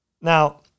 Now